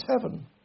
heaven